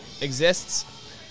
exists